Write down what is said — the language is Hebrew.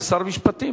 כשר משפטים.